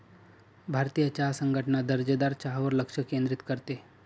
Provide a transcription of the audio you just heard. भारतीय चहा संघटना दर्जेदार चहावर लक्ष केंद्रित करते